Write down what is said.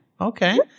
Okay